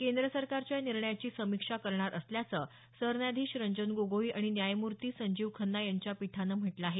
केंद्र सरकारच्या या निर्णयाची समीक्षा करणार असल्याचं सरन्यायाधीश रंजन गोगोई आणि न्यायमूर्ती संजीव खन्ना यांच्या पीठानं म्हटलं आहे